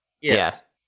Yes